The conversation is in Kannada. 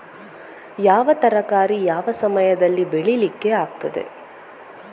ಯಾವ ತರಕಾರಿ ಯಾವ ಸಮಯದಲ್ಲಿ ಬೆಳಿಲಿಕ್ಕೆ ಆಗ್ತದೆ?